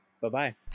Bye-bye